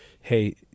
hey